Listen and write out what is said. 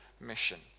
mission